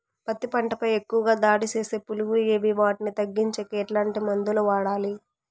పత్తి పంట పై ఎక్కువగా దాడి సేసే పులుగులు ఏవి వాటిని తగ్గించేకి ఎట్లాంటి మందులు వాడాలి?